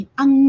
ang